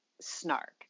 snark